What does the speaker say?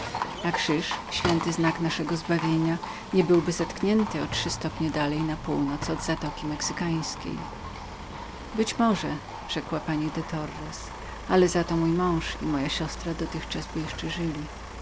krzyż znak naszego wybawienia niebyłby zatkniętym o trzy stopnie dalej na północ amerykańskich dzierżaw być to może rzekła pani de torres ale za to mój mąż i moja siostra dotychczas by jeszcze żyli